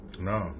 No